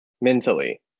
mentally